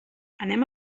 anem